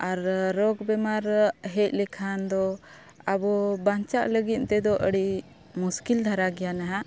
ᱟᱨ ᱨᱳᱜᱽ ᱵᱮᱢᱟᱨ ᱦᱮᱡ ᱞᱮᱠᱷᱟᱱ ᱫᱚ ᱟᱵᱚ ᱵᱟᱧᱪᱟᱜ ᱞᱟᱹᱜᱤᱫ ᱛᱮᱫᱚ ᱟᱹᱰᱤ ᱢᱩᱥᱠᱤᱞ ᱫᱷᱟᱨᱟ ᱜᱮᱭᱟ ᱱᱟᱜ